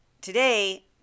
Today